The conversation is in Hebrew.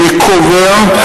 אני קובע,